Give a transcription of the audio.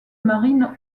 marine